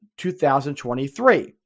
2023